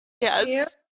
yes